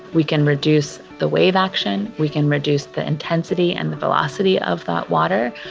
we can reduce the wave action. we can reduce the intensity and the velocity of that water.